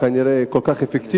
כנראה לא כל כך אפקטיביות,